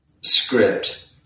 script